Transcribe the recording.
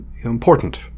important